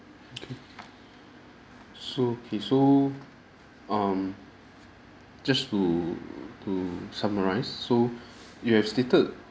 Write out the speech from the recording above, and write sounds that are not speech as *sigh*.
okay so okay so um just to to summarize so *breath* you have stated